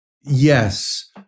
Yes